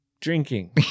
drinking